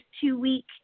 two-week